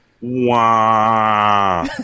Wow